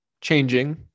changing